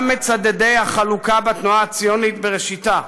גם מצדדי החלוקה בתנועה הציונית בראשיתה,